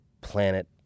planet